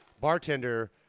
bartender